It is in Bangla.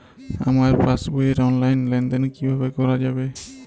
আমার পাসবই র অনলাইন লেনদেন কিভাবে করা যাবে?